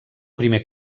primer